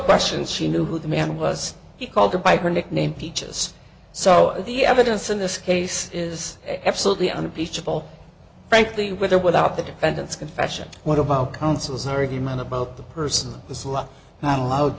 question she knew who the man was he called her by her nickname peaches so the evidence in this case is absolutely unimpeachable frankly with or without the defendant's confession what about counsel's argument about the person the slug not allowed